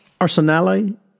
Arsenale